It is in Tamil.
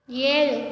ஏழு